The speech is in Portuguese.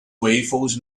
waffles